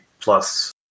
plus